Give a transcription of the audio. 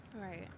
Right